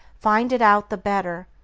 find it out the better,